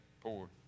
poor